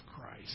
Christ